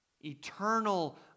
Eternal